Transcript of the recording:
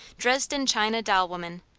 dresden-china doll-woman.